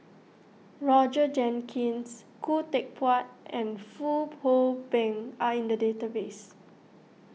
Roger Jenkins Khoo Teck Puat and Fong Hoe Beng are in the database